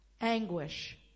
anguish